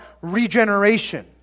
regeneration